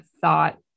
thought